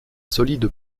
solide